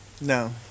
No